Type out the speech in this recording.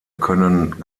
können